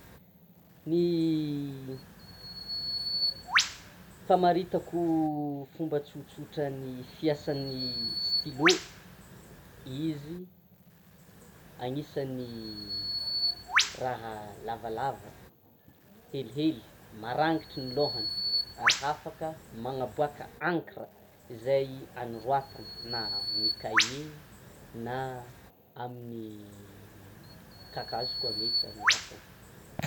Ny famaritako fomba tsotsotra ny fiasan'ny stylo: izy anisan'ny raha lavalava, helihely, maragnitra ny lohany; ary afaka manaboaka encre izay afaka hanoratana izay amin' ny cahier, na amin' ny kakazo koa mety hanoratana.